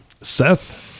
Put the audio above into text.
Seth